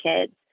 kids